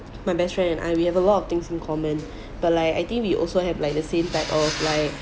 my best friend and I we have a lot of things in common but like I think we also have like the same type of like